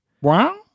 Wow